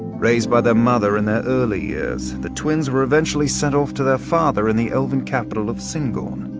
raised by their mother in their early years, the twins were eventually sent off to their father in the elven capital of syngorn.